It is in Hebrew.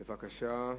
בבקשה.